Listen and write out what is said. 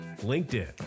LinkedIn